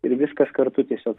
ir viskas kartu tiesiog